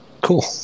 Cool